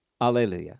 alleluia